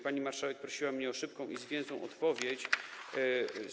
Pani marszałek prosiła mnie o szybką i zwięzłą odpowiedź.